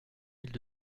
mille